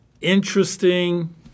interesting